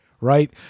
right